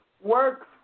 works